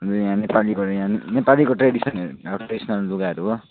हाम्रो यहाँ नेपालीको यहाँ नेपालीको ट्रेडिसनल ट्रेडिसनल लुगाहरू हो